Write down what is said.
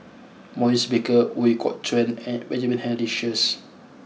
Maurice Baker Ooi Kok Chuen and Benjamin Henry Sheares